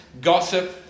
gossip